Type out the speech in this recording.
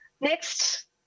Next